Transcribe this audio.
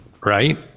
Right